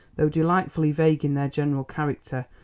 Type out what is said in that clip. though delightfully vague in their general character,